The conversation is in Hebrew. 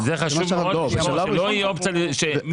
אני